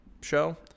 show